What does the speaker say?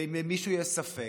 ואם למישהו יש ספק,